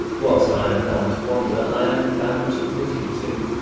whilst i am bound to wonder, i am bound to pity too.